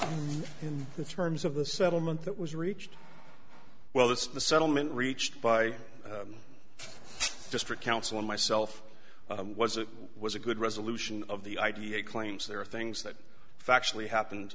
the terms of the settlement that was reached well that's the settlement reached by district council and myself was it was a good resolution of the idea claims there are things that factually happened